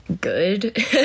good